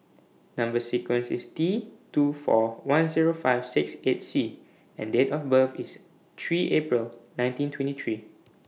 Number sequence IS T two four one Zero five six eight C and Date of birth IS three April nineteen twenty three